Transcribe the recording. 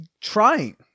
trying